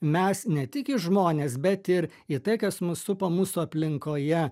mes ne tik į žmones bet ir į tai kas mus supa mūsų aplinkoje